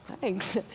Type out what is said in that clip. thanks